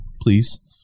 please